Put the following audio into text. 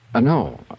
No